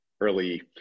early